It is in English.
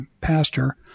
pastor